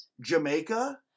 Jamaica